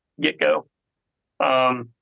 get-go